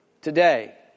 Today